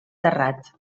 terrat